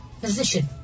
position